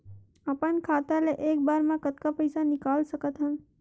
अपन खाता ले एक बार मा कतका पईसा निकाल सकत हन?